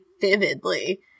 vividly